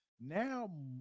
Now